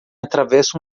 atravessa